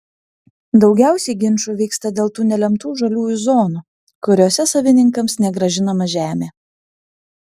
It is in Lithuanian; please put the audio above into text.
daugiausiai ginčų vyksta dėl tų nelemtų žaliųjų zonų kuriose savininkams negrąžinama žemė